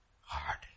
hard